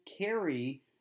carry